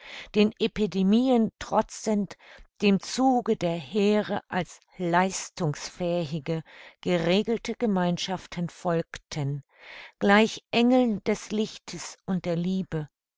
den epidemien trotzend dem zuge der heere als leistungsfähige geregelte gemeinschaften folgten gleich engeln des lichtes und der liebe